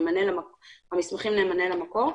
המסמכים נאמנים למקור.